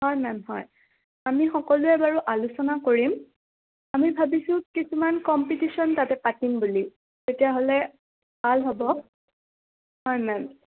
হয় মেম হয় আমি সকলোৱে বাৰু আলোচনা কৰিম আমি ভাবিছোঁ কিছুমান কম্পিটিশ্যন তাতে পাতিম বুলি তেতিয়াহ'লে ভাল হ'ব হয় মেম